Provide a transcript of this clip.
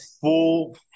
full